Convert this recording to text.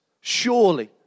surely